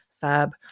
fab